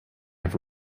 have